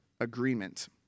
agreement